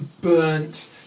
burnt